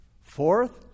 Fourth